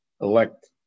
Elect